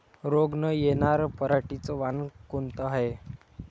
रोग न येनार पराटीचं वान कोनतं हाये?